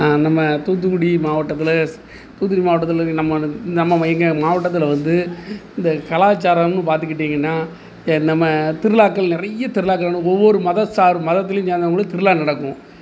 நம்ம தூத்துக்குடி மாவட்டத்தில் தூத்துக்குடி மாவட்டத்தில் இருக்கற நம்ம நம்ம மையங்க மாவட்டத்தில் வந்து இந்த கலாச்சாரம்னு பார்த்துக்கிட்டீங்கன்னா ஏ நம்ம திருவிழாக்கள் நிறைய திருவிழாக்கள் ஆனால் ஒவ்வொரு மத சார் மதத்துலேயும் சார்ந்தவங்கள் திருவிழா நடக்கும்